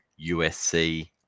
USC